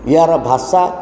ଏହାର ଭାଷା